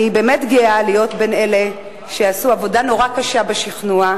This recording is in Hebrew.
אני באמת גאה להיות בין אלה שעשו עבודה נורא קשה בשכנוע,